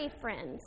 friends